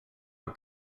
are